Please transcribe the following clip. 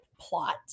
plot